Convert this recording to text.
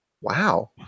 Wow